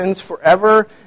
forever